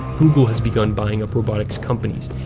google has begun buying up robotics companies,